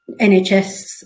NHS